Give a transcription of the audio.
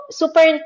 super